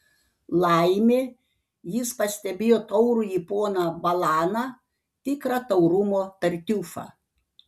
laimė jis pastebėjo taurųjį poną balaną tikrą taurumo tartiufą